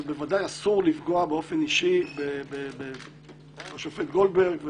ובוודאי אסור לפגוע באופן אישי בשופט גולדברג.